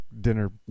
dinner